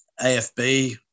AFB